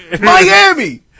Miami